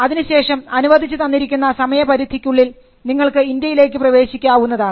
അതിനുശേഷം അനുവദിച്ചു തന്നിരിക്കുന്ന സമയപരിധിക്കുള്ളിൽ നിങ്ങൾക്ക് ഇന്ത്യയിലേക്ക് പ്രവേശിക്കാവുന്നതാണ്